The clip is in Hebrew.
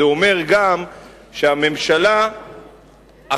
זה אומר גם שהממשלה אחראית